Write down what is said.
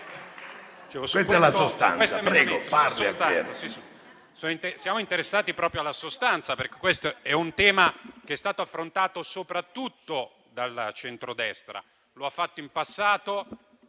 siamo interessati proprio alla sostanza, perché questo è un tema che è stato affrontato soprattutto dal centrodestra. Lo ha fatto in passato.